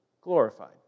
glorified